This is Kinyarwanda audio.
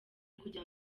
kujya